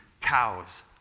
cows